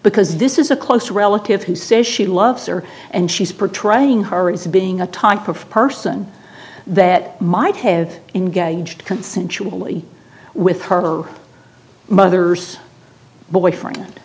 because this is a close relative who says she loves her and she's portrayed in her as a being a type of person that might have engaged consensually with her mother's boyfriend